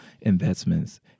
investments